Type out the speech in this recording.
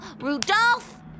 Rudolph